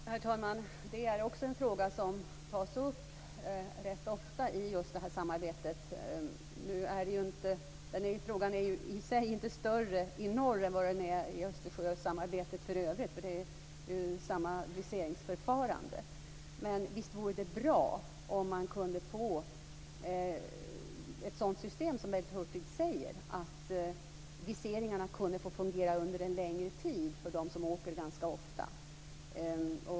Herr talman! Det är också en fråga som tas upp rätt ofta i det här samarbetet. Frågan i sig är ju inte större i norr än vad den är i Östersjösamarbetet för övrigt. Det är ju samma viseringsförfarande. Men visst vore det bra om man kunde få ett sådant system som Bengt Hurtig säger, att viseringen kunde få fungera under en längre tid för dem som åker ganska ofta.